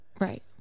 Right